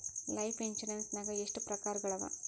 Life insurance ನ್ಯಾಗ ಎಷ್ಟ್ ಪ್ರಕಾರ್ಗಳವ?